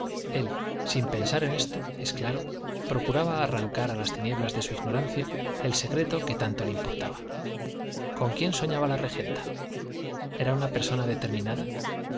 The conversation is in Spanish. él sin pensar en esto es claro procuraba arrancar a las tinieblas de su ignorancia el secreto que tanto le importaba con quién soñaba la regenta era una persona determinada